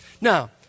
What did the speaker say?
Now